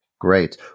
Great